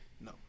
No